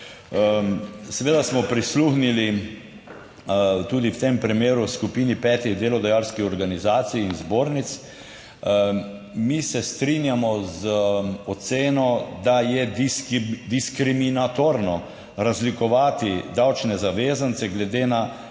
Seveda smo prisluhnili tudi v tem primeru skupini petih delodajalskih organizacij in zbornic. Mi se strinjamo z oceno, da je diskriminatorno razlikovati davčne zavezance glede na